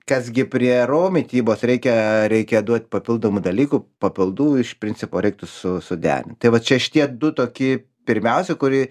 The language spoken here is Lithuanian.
kas gi prie ro mitybos reikia reikia duot papildomų dalykų papildų iš principo reiktų su suderint tai vat čia šitie du toki pirmiausia kurį